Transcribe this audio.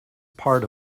part